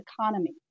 economy